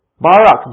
Barak